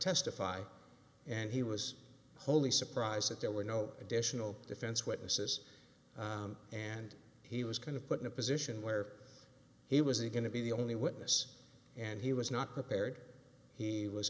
testify and he was wholly surprised that there were no additional defense witnesses and he was going to put in a position where he was going to be the only witness and he was not prepared he was